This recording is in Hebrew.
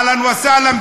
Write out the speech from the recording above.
אהלן וסהלן,